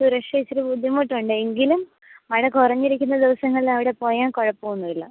സുരക്ഷ ഇത്തിരി ബുദ്ധിമുട്ടുണ്ട് എങ്കിലും മഴ കുറഞ്ഞിരിക്കുന്ന ദിവസങ്ങളിൽ അവിടെ പോയാൽ കുഴപ്പം ഒന്നുമില്ല